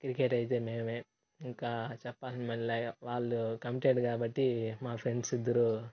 cricket అయితే మేమే ఇంకా చెప్పాలి మళ్ళా వాళ్ళు కమిటెడ్ కాబట్టి మా ఫ్రెండ్స్ ఇద్దరు